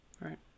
Right